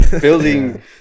building